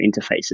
interfaces